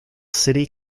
city